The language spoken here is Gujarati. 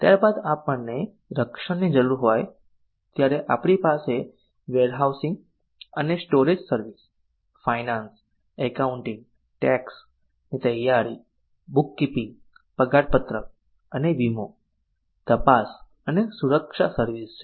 ત્યારબાદ આપણને રક્ષણની જરૂર હોય ત્યારે આપડી પાસે વેરહાઉસિંગ અને storage service finance accounting tax તૈયારી બુક કીપીંગ પગારપત્રક અને વીમો તપાસ અને સુરક્ષા સર્વિસ છે